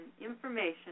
information